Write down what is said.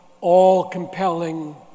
all-compelling